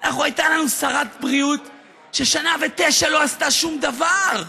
הייתה לנו שרת בריאות ששנה ותשע לא עשתה שום דבר.